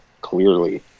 clearly